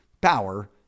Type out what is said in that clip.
power